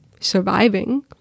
surviving